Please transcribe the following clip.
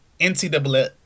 NCAA